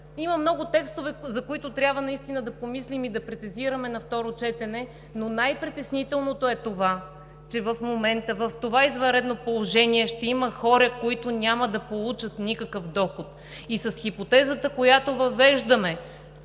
Има много текстове, за които трябва наистина да помислим и да прецизираме на второ четене. Но най-притеснителното е това, че в момента в това извънредно положение ще има хора, които няма да получат никакъв доход. И с хипотезата, която въвеждаме